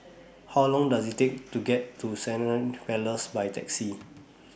How Long Does IT Take to get to Hindhede Place By Taxi